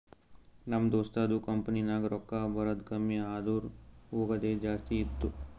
ನಮ್ ದೋಸ್ತದು ಕಂಪನಿನಾಗ್ ರೊಕ್ಕಾ ಬರದ್ ಕಮ್ಮಿ ಆದೂರ್ ಹೋಗದೆ ಜಾಸ್ತಿ ಇತ್ತು